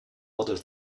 other